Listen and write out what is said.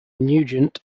nugent